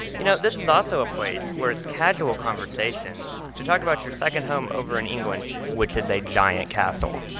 you know, this is also a place where it's casual conversation to talk about your second home over in england which is a giant castle